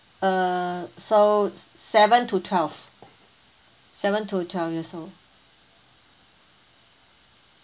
err so s~ seven to twelve seven to twelve years old